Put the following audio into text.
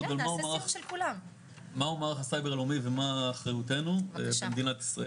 על מהו מערך הסייבר הלאומי ומה אחריותנו במדינת ישראל.